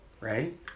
Right